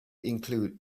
include